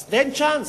אז תן צ'אנס.